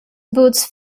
boots